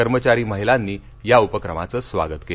कर्मचारी महिलांनी या उपक्रमाचं स्वागत केलं